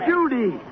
Judy